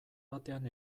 batean